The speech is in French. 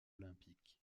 olympique